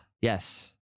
Yes